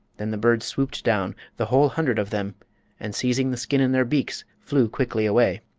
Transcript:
then the birds swooped down the whole hundred of them and seizing the skin in their beaks flew quickly away.